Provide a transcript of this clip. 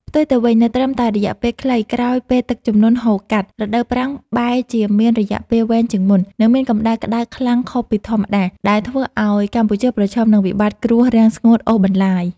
ផ្ទុយទៅវិញ នៅត្រឹមតែរយៈពេលខ្លីក្រោយពេលទឹកជំនន់ហូរកាត់ រដូវប្រាំងបែរជាមានរយៈពេលវែងជាងមុន និងមានកម្ដៅក្ដៅខ្លាំងខុសពីធម្មតា ដែលធ្វើឱ្យកម្ពុជាប្រឈមនឹងវិបត្តិគ្រោះរាំងស្ងួតអូសបន្លាយ។